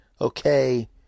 Okay